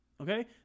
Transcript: Okay